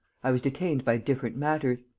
i was detained by different matters.